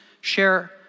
share